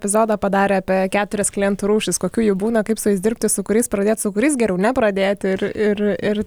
epizodą padarę apie keturias klientų rūšis kokių jų būna kaip su jais dirbti su kuriais pradėt su kuriais geriau nepradėti ir ir ir